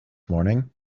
morning